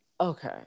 okay